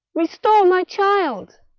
restore my child!